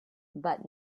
but